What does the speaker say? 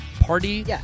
party